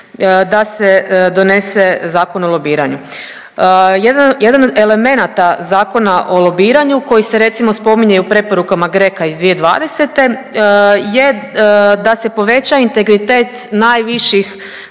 da se donese Zakon o lobiranju. Jedan od elemenata Zakona o lobiranju koji se recimo spominje i u preporukama GRECO-a iz 2020. je da se poveća integritet najviših